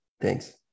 Thanks